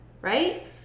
right